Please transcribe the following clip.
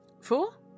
four